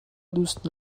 دوست